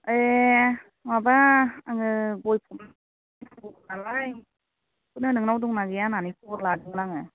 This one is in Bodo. ए माबा आङो गय फानो नालाय बेखौनो नोंनाव दंना गैया होननानै खबर लादोंमोन आङो